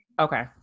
Okay